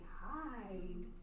hide